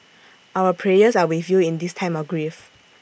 our prayers are with you in this time of grief